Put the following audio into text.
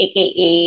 aka